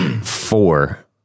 four